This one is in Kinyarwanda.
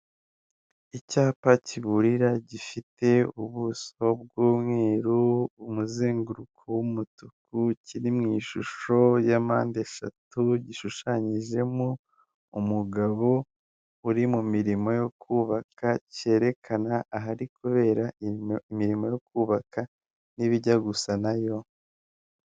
Ikigaragara iyi ni ifoto yifashishwa mu kwamamaza ya Rwanda reveni otoriti yerekana ko ugomba kwishyura imisoro n'amahoro, bitarenze itariki mirongo itatu n'imwe z'ukwa cumi n'abiri bibiri na makumyabiri na kane.